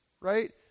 right